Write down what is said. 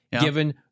given